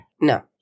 No